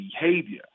behavior